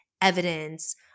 evidence